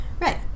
Right